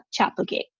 Chapelgate